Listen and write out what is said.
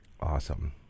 Awesome